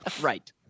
Right